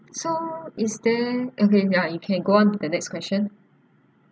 so is there okay ya you can go on to the next question